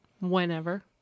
whenever